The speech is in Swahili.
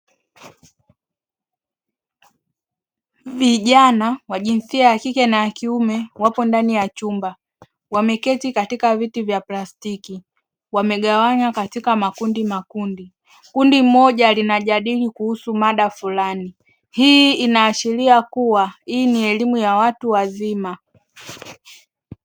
Vijana wa jinsia ya kike na kiume wapo ndani ya chumba wameketi katika viti vya plastiki, wamegawanywa katika makundimakundi kundi moja linajadili kuhusu mada fulani, hii inaashiria kuwa hii ni elimu ya watu wazima.